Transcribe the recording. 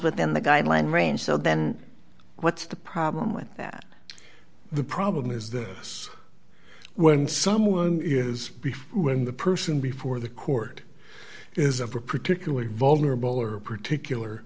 within the guideline range so then what's the problem with that the problem is this when someone is before when the person before the court is a particularly vulnerable or particular